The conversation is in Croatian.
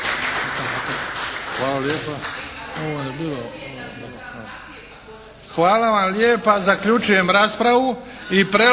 Hvala vam lijepa, zaključujem raspravu. **Bebić,